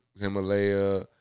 Himalaya